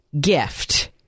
gift